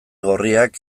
gorriak